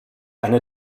eine